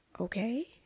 Okay